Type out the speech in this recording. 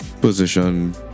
position